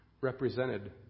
represented